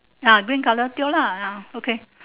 ah green colour tio lah ah okay